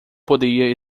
podia